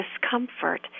discomfort